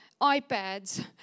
iPads